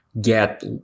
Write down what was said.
get